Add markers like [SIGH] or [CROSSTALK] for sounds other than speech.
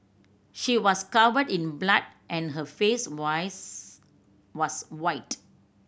she was covered in blood and her face [UNINTELLIGIBLE] was white